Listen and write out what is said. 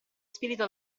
spirito